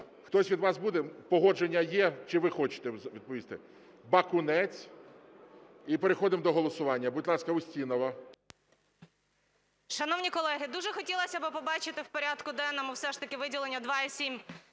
Хтось від вас буде? Погодження є? Чи ви хочете відповісти? Бакунець. І переходимо до голосування. Будь ласка, Устінова. 12:40:51 УСТІНОВА О.Ю. Шановні колеги, дуже хотілось би побачити у порядку денному все ж таки виділення 2,7